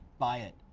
buy it,